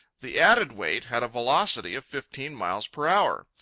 the added weight had a velocity of fifteen miles per hour.